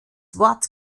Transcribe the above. wort